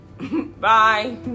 bye